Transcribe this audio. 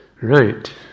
Right